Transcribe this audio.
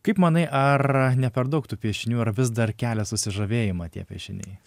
kaip manai ar ne per daug tų piešinių ar vis dar kelia susižavėjimą tie piešiniai